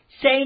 Say